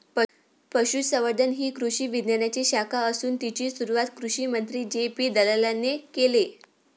पशुसंवर्धन ही कृषी विज्ञानाची शाखा असून तिची सुरुवात कृषिमंत्री जे.पी दलालाने केले